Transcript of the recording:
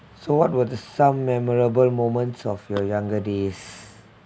so what were the some memorable moments of your younger days